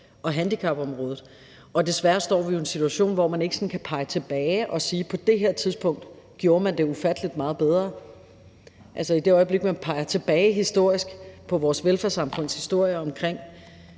og handicapområdet. Desværre står vi jo i en situation, hvor man ikke sådan kan pege tilbage og sige: På det her tidspunkt gjorde man det ufattelig meget bedre. I det øjeblik man peger tilbage på vores velfærdssamfunds historie omkring